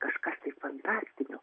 kažkas tai fantastinio